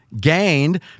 gained